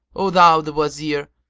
o thou the wazir,